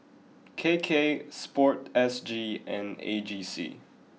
K K sport S G and A G C